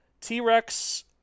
T-Rex